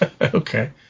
okay